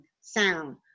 sound